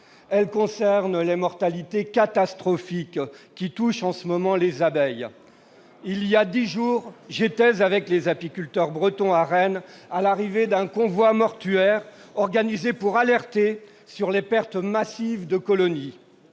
Elle concerne la mortalité catastrophique qui touche en ce moment les abeilles. Voilà dix jours, j'étais avec les apiculteurs bretons, à Rennes, pour assister à l'arrivée d'un « convoi mortuaire », organisé pour alerter sur les pertes massives de colonies.